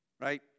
right